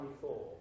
four